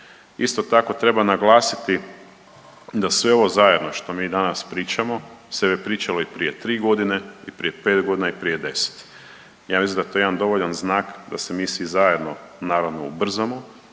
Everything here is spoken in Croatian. Isto tako treba naglasiti da sve ovo zajedno što mi danas pričamo se pričalo i prije tri godine i prije 5 godina i prije 10. Ja mislim da je to jedan dovoljan znak da se mi svi zajedno naravno ubrzamo